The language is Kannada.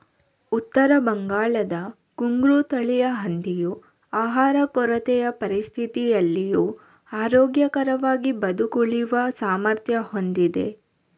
ಉತ್ತರ ಬಂಗಾಳದ ಘುಂಗ್ರು ತಳಿಯ ಹಂದಿಯು ಆಹಾರ ಕೊರತೆಯ ಪರಿಸ್ಥಿತಿಗಳಲ್ಲಿಯೂ ಆರೋಗ್ಯಕರವಾಗಿ ಬದುಕುಳಿಯುವ ಸಾಮರ್ಥ್ಯ ಹೊಂದಿದೆ